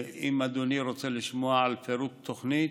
אם אדוני רוצה לשמוע על פירוט תוכנית,